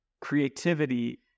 creativity